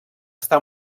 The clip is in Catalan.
està